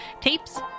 tapes